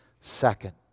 second